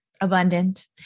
abundant